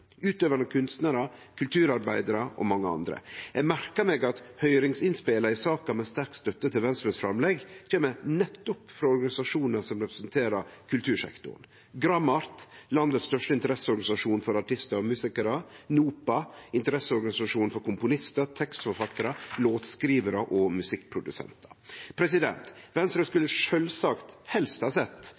kulturarbeidarar og mange andre. Eg merkar meg at høyringsinnspela i saka med sterk støtte til Venstres framlegg kjem nettopp frå organisasjonar som representerer kultursektoren: Gramart, landets største interesseorganisasjon for artistar og musikarar, og NOPA, interesseorganisasjonen for komponistar, tekstforfattarar, låtskrivarar og musikkprodusentar. Venstre skulle sjølvsagt helst ha sett